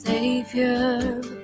Savior